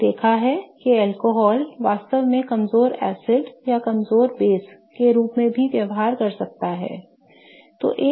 हमने देखा है कि अल्कोहल वास्तव में कमजोर एसिड या कमजोर बेस के रूप में भी व्यवहार कर सकता है